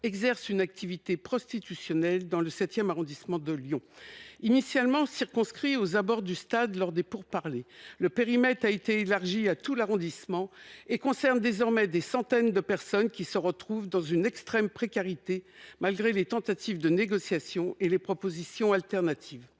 exercent une activité prostitutionnelle dans le VII arrondissement de Lyon. Initialement circonscrit aux abords du stade lors des pourparlers, le périmètre a été élargi à tout l'arrondissement et concerne désormais des centaines de personnes qui se retrouvent dans une extrême précarité, malgré les tentatives de négociation et les propositions de solutions